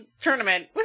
tournament